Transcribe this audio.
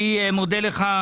אני מודה לך,